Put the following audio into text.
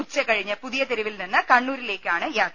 ഉച്ച കഴിഞ്ഞ് പു തിയ തെരുവിൽ നിന്ന് കണ്ണൂരിലേക്കാണ് യാത്ര